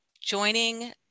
joining